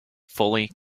fully